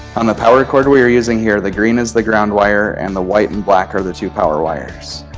on the power cord we are using here, the green is the ground wire and the white and black are the two power wires.